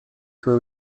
свое